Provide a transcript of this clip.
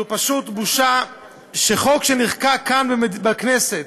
זו פשוט בושה שחוק שנחקק כאן בכנסת,